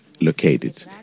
located